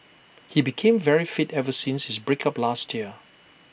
he became very fit ever since his break up last year